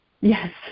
Yes